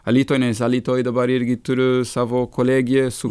alytuj nes alytoj dabar irgi turiu savo kolegiją su